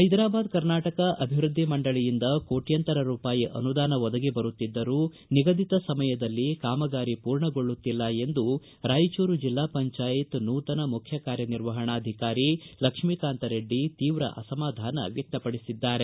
ಹೈದರಾಬಾದ ಕರ್ನಾಟಕ ಅಭಿವೃದ್ಧಿ ಮಂಡಳಿಯಂದ ಕೋಟ್ಕಂತರ ರೂಪಾಯಿ ಅನುದಾನ ಒದಗಿ ಬರುತ್ತಿದ್ದರೂ ನಿಗದಿತ ಸಮಯದಲ್ಲಿ ಕಾಮಗಾರಿ ಪೂರ್ಣಗೊಳ್ಳುತ್ತಿಲ್ಲ ಎಂದು ರಾಯಚೂರು ಜಿಲ್ಲಾ ಪಂಚಾಯತ್ ನೂತನ ಮುಖ್ಯ ಕಾರ್ಯನಿರ್ವಹಣಾಧಿಕಾರಿ ಲಕ್ಷ್ಮೀಕಾಂತರೆಡ್ಡಿ ತೀವ್ರ ಅಸಮಾಧಾನ ವ್ಯಕ್ತಪಡಿಸಿದ್ದಾರೆ